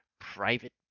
private